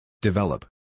Develop